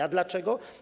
A dlaczego?